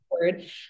word